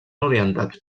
orientats